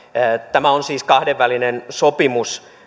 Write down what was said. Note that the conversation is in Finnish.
tämä on siis kahdenvälinen sopimus